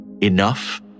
enough